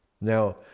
Now